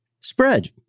spread